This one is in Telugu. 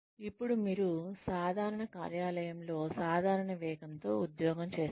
ఇప్పుడు మీరు సాధారణ కార్యాలయంలో సాధారణ వేగంతో ఉద్యోగం చేస్తారు